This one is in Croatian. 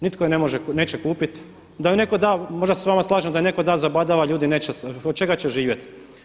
Nitko je neće kupiti, da ju netko da, možda se s vama slažem, da je netko da za badava ljudi neće, od čega će živjeti?